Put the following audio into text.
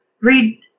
Read